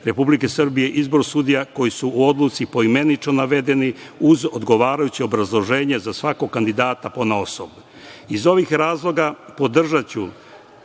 Republike Srbije izbor sudija koji su u odluci poimenično navedeni, uz odgovarajuće obrazloženje za svakog kandidata ponaosob. Iz ovih razloga podržaću